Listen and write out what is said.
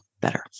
better